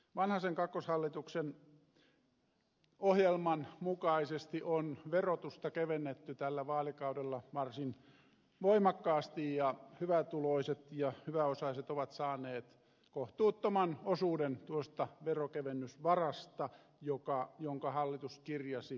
vanhasen kakkoshallituksen ohjelman mukaisesti on verotusta kevennetty tällä vaalikaudella varsin voimakkaasti ja hyvätuloiset ja hyväosaiset ovat saaneet kohtuuttoman osuuden tuosta veronkevennysvarasta jonka hallitus kirjasi ohjelmaansa